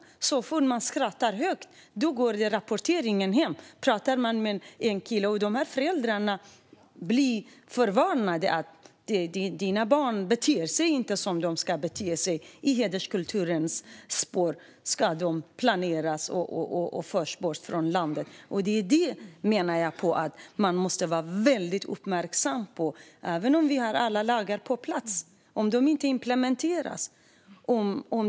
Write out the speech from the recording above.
Så fort en flicka skrattar högt rapporteras det hem, och detsamma om hon pratar med en kille. Dessa föräldrar blir varnade om att deras barn inte beter sig som de ska bete sig i hederskulturens spår. De kontrolleras och förs ut ur landet. Det är detta jag menar att man måste vara väldigt uppmärksam på. Det spelar ingen roll att vi har alla lagar på plats om de inte implementeras.